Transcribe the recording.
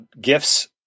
gifts